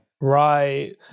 Right